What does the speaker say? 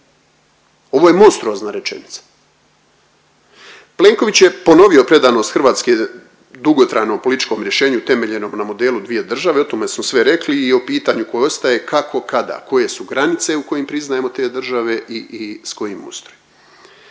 Ovo je monstruozna rečenica. Plenković je ponovio predanost Hrvatske dugotrajnom političkom rješenju temeljenom na modelu dvije države, o tome smo sve rekli i o pitanju koje ostaje, kako, kada, koje su granice u kojim priznajemo te države i, i s kojim ustrojem?